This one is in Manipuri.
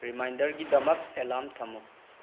ꯔꯤꯃꯥꯏꯟꯗꯔꯒꯤꯗꯃꯛ ꯑꯦꯂꯥꯝ ꯊꯝꯃꯨ